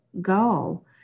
go